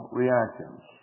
reactions